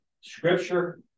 scripture